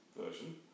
version